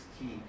key